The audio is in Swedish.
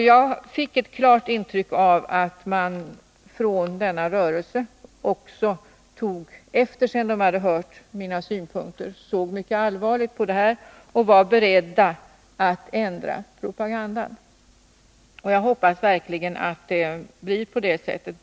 Jag fick ett klart intryck av att man från denna rörelse, sedan man hade hört mina synpunkter, såg mycket allvarligt på saken och var beredd ändra propagandan. Jag hoppas verkligen att det blir på det sättet.